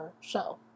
show